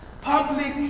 public